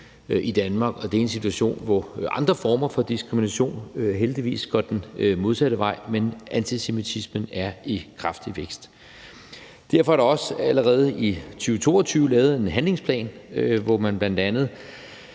i Danmark, og det er i en situation, hvor andre former for diskrimination heldigvis går den modsatte vej. Men antisemitismen er i kraftig vækst. Derfor er der også allerede i 2022 lavet en handlingsplan, hvor den daværende